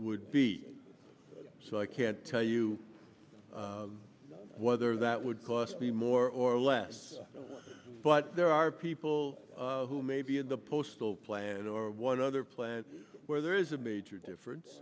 would be so i can't tell you whether that would cost me more or less but there are people who may be in the postal plan or one other plan where there is a major difference